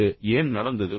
அது ஏன் நடந்தது